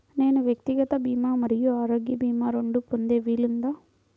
నేను వ్యక్తిగత భీమా మరియు ఆరోగ్య భీమా రెండు పొందే వీలుందా?